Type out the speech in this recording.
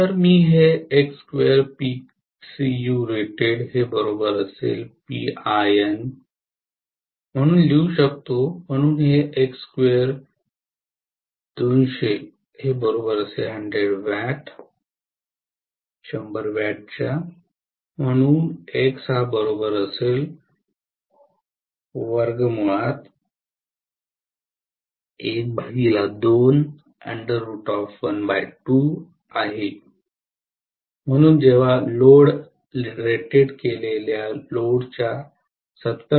तर मी हे x2Pcurated PIron म्हणून लिहू शकतो म्हणून हे x2200100 W म्हणून x आहे म्हणून जेव्हा लोड रेटेड केलेल्या लोडच्या 70